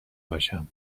باشم